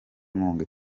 inkunga